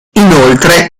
inoltre